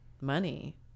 money